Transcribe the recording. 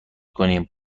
کنیم